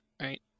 right